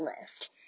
list